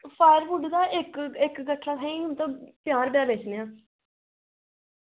firewood दा इक इक गठरा तुसेंगी मतलब पंजाह् रपेऽ दा बेचने आं